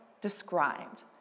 described